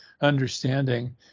understanding